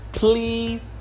please